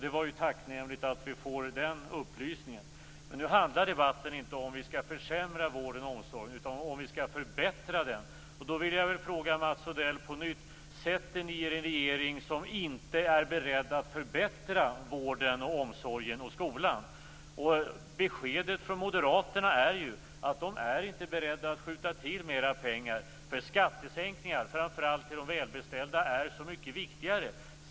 Det var ju tacknämligt att vi får den upplysningen. Men nu handlar inte debatten om ifall vi skall försämra vården och omsorgen utan om vi skall förbättra den. Då vill jag fråga Mats Odell på nytt: Sätter ni er i en regering som inte är beredd att förbättra vård, omsorg och skola? Beskedet från moderaterna är ju att de inte är beredda att skjuta till mer pengar. Skattesänkningar, framför allt till de välbeställda, är så mycket viktigare.